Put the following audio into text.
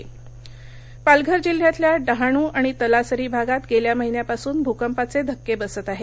पालघर भूकंप पाहणी पालघर जिल्ह्यातल्या डहाणू आणि तलासरी भागांत गेल्या महिन्यापासून भूकंपाचे धक्के बसत आहेत